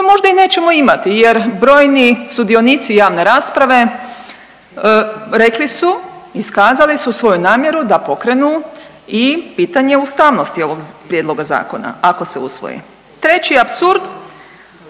koje možda i nećemo imati jer brojni sudionici javne rasprave rekli su, iskazali su svoju namjeru da pokrenu i pitanje ustavnosti ovog prijedloga zakona ako se usvoji. Treći apsurd,